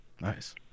nice